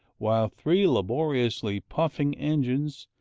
while three laboriously puffing engines,